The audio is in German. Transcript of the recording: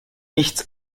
nichts